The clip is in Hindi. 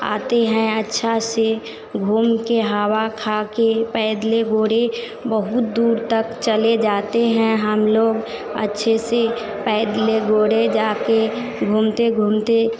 आते हैं अच्छा से घूमकर हवा खाकर पैदल गोडे बहुत दूर तक चले जाते हैं हम लोग अच्छे से पैदल गोडे जाकर घूमते घूमते